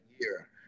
year